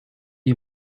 you